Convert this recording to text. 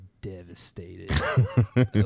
devastated